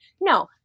No